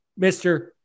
Mr